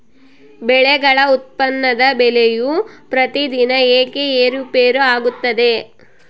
ಬೆಳೆಗಳ ಉತ್ಪನ್ನದ ಬೆಲೆಯು ಪ್ರತಿದಿನ ಏಕೆ ಏರುಪೇರು ಆಗುತ್ತದೆ?